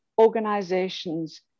organizations